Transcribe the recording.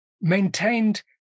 maintained